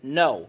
no